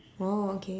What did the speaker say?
oh okay